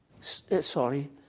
Sorry